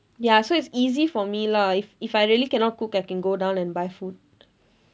ya so it's easy for me lah if if I really cannot cook I can go down and buy food